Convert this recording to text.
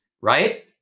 Right